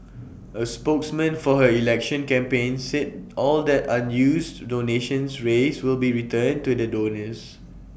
A spokesman for her election campaign said all that unused donations raised will be returned to the donors